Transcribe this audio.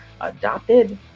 adopted